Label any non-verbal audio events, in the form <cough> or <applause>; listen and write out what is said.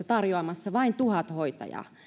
<unintelligible> tarjoamassa vain tuhat hoitajaa